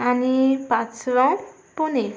आणि पाचवा पुणे